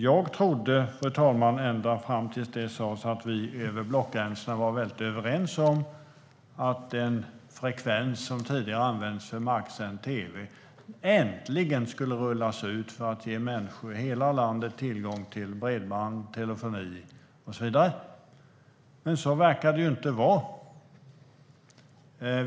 Jag trodde, fru talman, ända fram till att detta sas att vi var överens över blockgränserna om att den frekvens som tidigare har använts för marksänd tv äntligen skulle rullas ut för att ge människor över hela landet tillgång till bredband, telefoni och så vidare. Men så verkar inte vara fallet.